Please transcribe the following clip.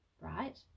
right